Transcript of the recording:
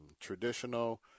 traditional